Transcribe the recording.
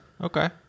okay